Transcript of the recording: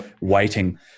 waiting